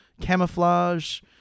camouflage